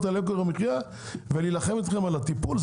על יוקר המחייה ולהילחם איתכם על הטיפול?